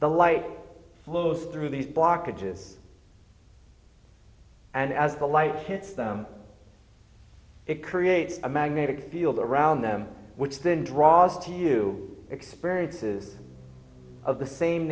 the light flows through these blockages and as the light hits them it creates a magnetic field around them which then draws to you experiences of the same